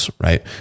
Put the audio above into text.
right